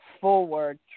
forward